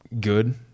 good